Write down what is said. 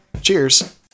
Cheers